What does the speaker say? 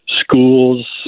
schools